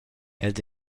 els